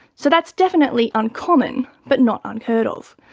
so that's definitely uncommon but not unheard of.